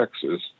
Texas